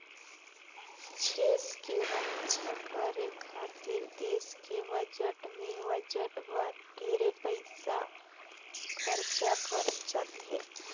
छेस के रम्छा करे खातिर देस के बजट में बजट बर ढेरे पइसा खरचा करत जाथे